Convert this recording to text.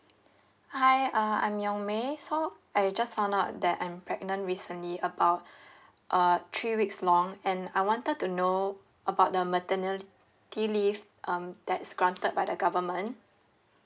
hi uh I'm yong may so I just found out that I'm pregnant recently about uh three weeks long and I wanted to know about the maternity leave um that's granted by the government